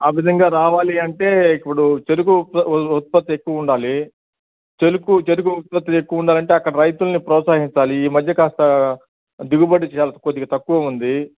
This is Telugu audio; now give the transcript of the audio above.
ఆ విధంగా రావాలి అంటే ఇప్పుడు చెరుకు ఉ ఉత్పత్తి ఎక్కువ ఉండాలి చెలుకు చెరుకు ఉత్పత్తి ఎక్కువ ఉండాలి అంటే అక్కడ రైతులని ప్రోత్సాహించాలి ఈ మధ్య కాస్త దిగుబడి చాలా కొద్దిగా తక్కువగా ఉంది